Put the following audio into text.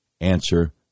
answer